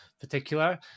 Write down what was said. particular